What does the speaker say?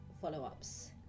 follow-ups